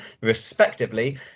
respectively